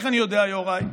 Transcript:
איך אני יודע, יוראי?